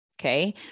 Okay